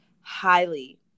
highly